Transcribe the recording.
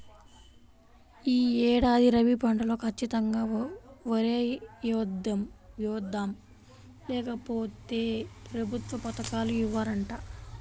యీ ఏడాది రబీ పంటలో ఖచ్చితంగా వరే యేద్దాం, లేకపోతె ప్రభుత్వ పథకాలు ఇవ్వరంట